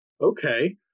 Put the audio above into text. okay